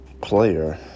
player